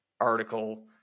article